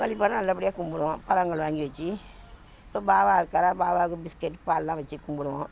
வழிபாடா நல்லபடியா கும்பிடுவோம் பழங்கள் வாங்கி வெச்சு இப்போ பாபா இருக்காரா பாபாவுக்கு பிஸ்கட் பாலெல்லாம் வெச்சு கும்பிடுவோம்